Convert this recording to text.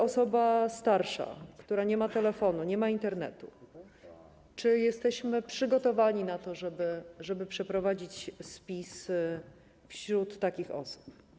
Osoby starsze, które nie mają telefonu, nie mają Internetu - czy jesteśmy przygotowani na to, żeby przeprowadzić spis wśród takich osób?